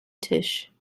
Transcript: tisch